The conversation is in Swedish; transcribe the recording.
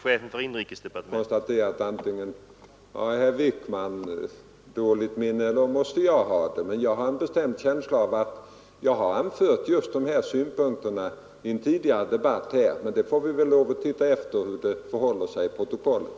Herr talman! Antingen har herr Wijkman eller jag dåligt minne; jag har en bestämd känsla av att jag har anfört just dessa synpunkter i en tidigare debatt. Men vi får väl titta efter i protokollet hur det förhåller sig med det.